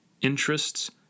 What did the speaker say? interests